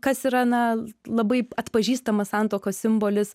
kas yra na labai atpažįstamas santuokos simbolis